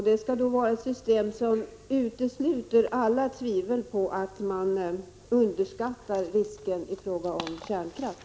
Det skall vara ett system som utesluter alla tvivel på att man underskattar risker i samband med kärnkraft.